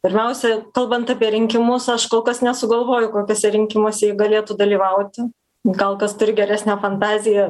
pirmiausia kalbant apie rinkimus aš kol kas nesugalvoju kokiuose rinkimuose ji galėtų dalyvauti gal kas turi geresnę fantaziją